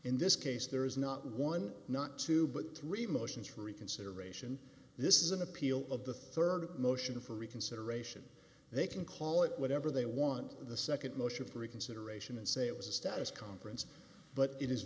in this case there is not one not two but three motions for reconsideration this is an appeal of the rd motion for reconsideration they can call it whatever they want the nd motion for reconsideration and say it was a status conference but it is